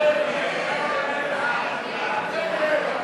ההסתייגויות לסעיף 34,